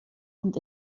und